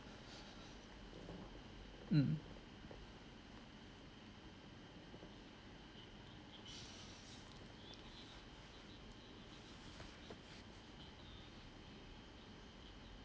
mm